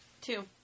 Two